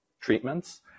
treatments